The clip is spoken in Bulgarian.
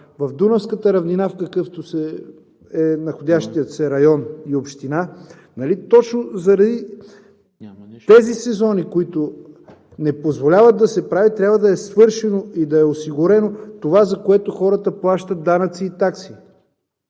в Дунавската равнина, какъвто е находящият се район и община, нали точно заради тези сезони, които не позволяват да се прави, трябва да е свършено и осигурено това, за което хората плащат данъци и такси.